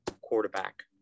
quarterback